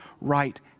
right